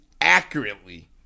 accurately